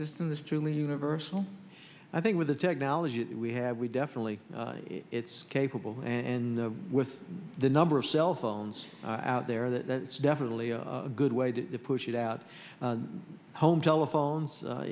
system is truly universal i think with the technology we have we definitely it's capable and the with the number of cell phones out there that's definitely a good way to push it out home telephones